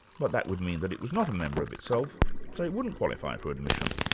but that would mean that it was not a member of itself so it wouldn't qualify for admission.